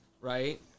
right